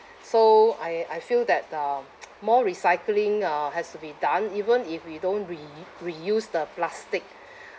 so I I feel that um more recycling uh has to be done even if we don't re~ reuse the plastic